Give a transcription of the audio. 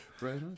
right